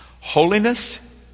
Holiness